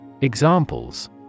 Examples